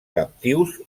captius